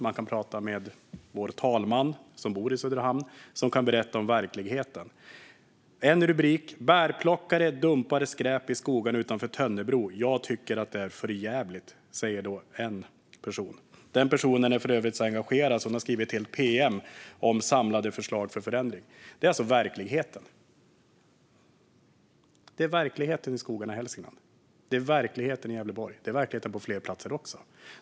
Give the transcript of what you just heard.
Man kan prata med vår förste vice talman, som bor i Söderhamn och kan berätta om verkligheten. En rubrik: "Bärplockare dumpar skräp i skogarna i Tönnebro - 'Jag tycker det är förjävligt'", säger en person. Den personen är för övrigt så engagerad att hon har skrivit ett helt pm om samlade förslag för förändring. Det är alltså verkligheten. Det är verkligheten i skogarna i Hälsingland. Det är verkligheten i Gävleborg. Det är verkligheten på fler platser.